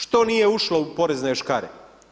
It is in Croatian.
Što nije ušlo u porezne škare?